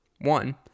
one